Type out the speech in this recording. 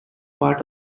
part